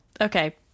Okay